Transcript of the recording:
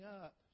up